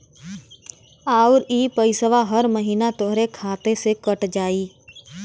आउर इ पइसवा हर महीना तोहरे खाते से कट जाई